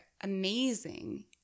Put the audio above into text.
amazing